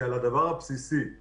שהדבר הבסיסי הזה